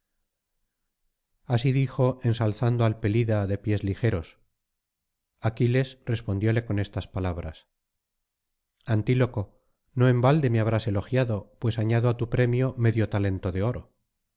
así dijo ensalzando al pelida de pies ligeros aquiles respondióle con estas palabras antílope no en balde me habrás elogiado pues añado á tu premio medio talento de oro